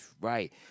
right